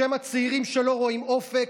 בשם הצעירים שלא רואים אופק,